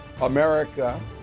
America